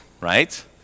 right